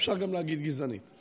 אפשר להגיד גם גזענית.